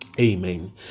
amen